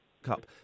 cup